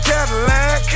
Cadillac